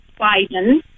Biden